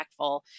impactful